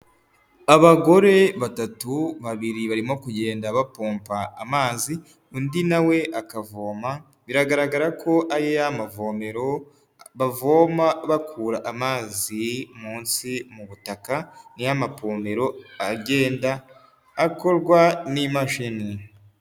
Abagore batatu, babiri barimo kugenda bapompa amazi, undi na we akavoma, biragaragara ko ari ya mavomero bavoma bakura amazi munsi mu butaka, ni ya mapomero agenda akorwa n'imashini.